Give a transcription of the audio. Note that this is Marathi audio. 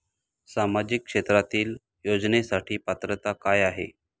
सामाजिक क्षेत्रांतील योजनेसाठी पात्रता काय आहे?